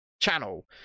channel